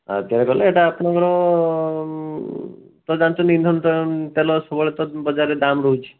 ଆର ତିଆରି କଲେ ସେଟା ଆପଣଙ୍କର ତ ଜାଣିଛନ୍ତି ଇନ୍ଧନ ତେଲ ତ ସବୁବେଳେ ବଜାରରେ ଦାମ୍ ରହୁଛି